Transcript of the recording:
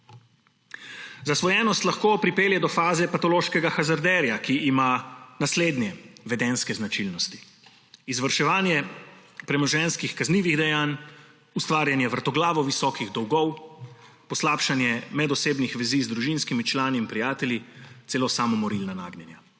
Zasvojenost lahko pripelje do faze patološkega hazarderja, ki ima naslednje vedenjske značilnosti: izvrševanje premoženjskih kaznivih dejanj, ustvarjanje vrtoglavo visokih dolgov, poslabšanje medosebnih vezi z družinskimi člani in prijatelji, celo samomorilna nagnjenja.